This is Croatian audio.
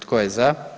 Tko je za?